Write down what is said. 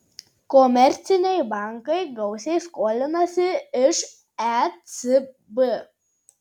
komerciniai bankai gausiai skolinasi iš ecb